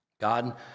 God